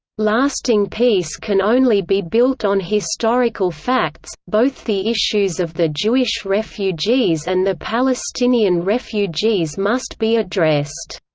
lasting peace can only be built on historical facts both the issues of the jewish refugees and the palestinian refugees must be addressed.